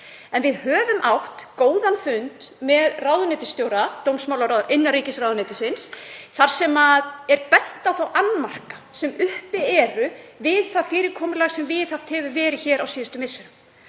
En við höfum átt góðan fund með ráðuneytisstjóra innanríkisráðuneytisins þar sem er bent á þá annmarka sem uppi eru við það fyrirkomulag sem viðhaft hefur verið hér á síðustu misserum.